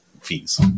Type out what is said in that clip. fees